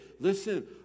listen